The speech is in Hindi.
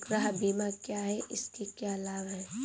गृह बीमा क्या है इसके क्या लाभ हैं?